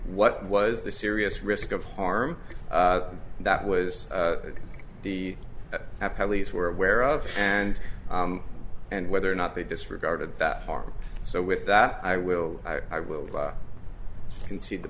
what was the serious risk of harm that was the police were aware of and and whether or not they disregarded that are so with that i will i will concede the